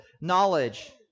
knowledge